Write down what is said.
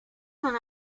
son